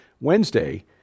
Wednesday